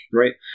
right